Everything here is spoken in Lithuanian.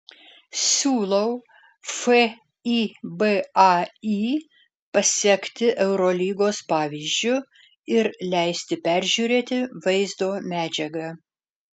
siūlau fibai pasekti eurolygos pavyzdžiu ir leisti peržiūrėti vaizdo medžiagą